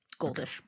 goldish